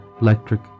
electric